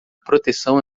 proteção